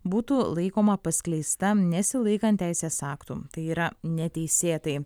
būtų laikoma paskleista nesilaikant teisės aktų tai yra neteisėtai